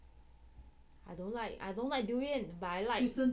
I don't like I don't like durian but I like